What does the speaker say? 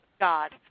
God